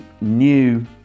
new